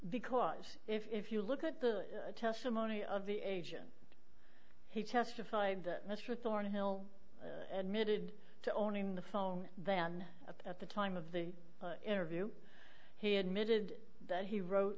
because if you look at the testimony of the agent he testified that mr thornhill admitted to owning the phone then at the time of the interview he admitted that he wrote